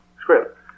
script